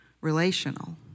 relational